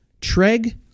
Treg